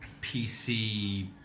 PC